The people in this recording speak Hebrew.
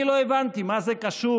אני לא הבנתי מה זה קשור,